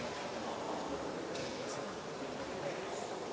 Hvala,